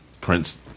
Prince